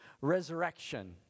resurrection